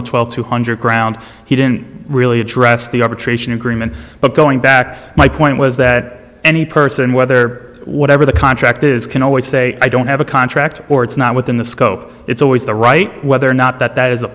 the twelve two hundred ground he didn't really address the arbitration agreement but going back my point was that any person whether whatever the contract is can always say i don't have a contract or it's not within the scope it's always the right whether or not that